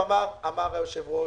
אמר היושב-ראש,